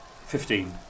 Fifteen